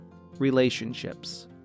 relationships